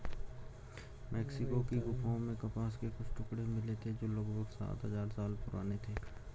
Mexico की गुफाओं में कपास के कुछ टुकड़े मिले थे जो लगभग सात हजार साल पुराने थे